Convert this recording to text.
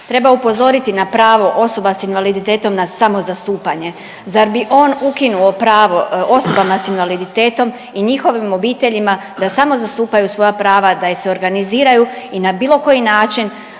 Treba upozoriti na pravo osoba s invaliditetom na samozastupanje. Zar bi on ukinuo pravo osobama s invaliditetom i njihovim obiteljima da samozastupaju svoja prava, da je se organiziraju i na bilo koji način